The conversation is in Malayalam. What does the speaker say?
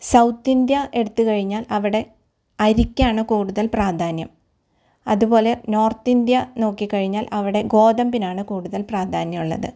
സൗത്ത് ഇന്ത്യ എടുത്ത് കഴിഞ്ഞാൽ അവിടെ അരിക്കാണ് കൂടുതൽ പ്രാധാന്യം അതുപോലെ നോർത്ത് ഇന്ത്യ നോക്കിക്കഴിഞ്ഞാൽ അവിടെ ഗോതമ്പിനാണ് കൂടുതൽ പ്രാധാന്യമുള്ളത്